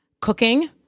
cooking